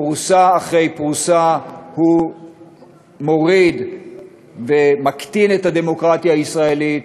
פרוסה אחרי פרוסה הוא מוריד ומקטין את הדמוקרטיה הישראלית,